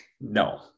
No